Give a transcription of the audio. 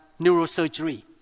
neurosurgery